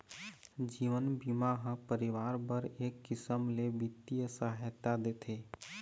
जीवन बीमा ह परिवार बर एक किसम ले बित्तीय सहायता देथे